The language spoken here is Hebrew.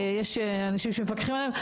יש אנשים שמפקחים עליהם,